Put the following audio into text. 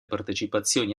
partecipazioni